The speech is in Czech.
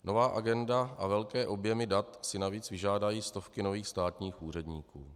Nová agenda a velké objemy dat si navíc vyžádají stovky nových státních úředníků.